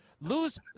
lose